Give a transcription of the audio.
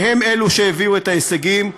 והם שהביאו את ההישגים,